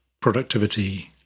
productivity